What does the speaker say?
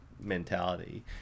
mentality